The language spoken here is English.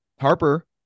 Harper